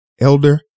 Elder